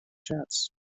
jets